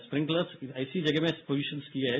sprinkler ऐसी जगह में पोजीशन किए हैं